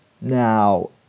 now